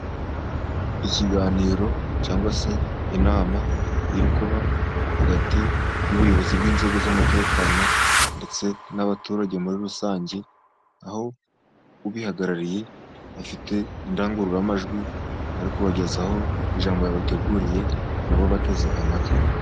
Ikiganiro cyangwa se inama iri kuba hagati y'ubuyobozi bw'inzego z'umutekano ndetse n'abaturage muri rusange, aho ubihagarariye aba bafite indangururamajwi, ari kubagezaho ijambo yabateguriye nabo bateze amatwi.